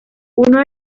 uno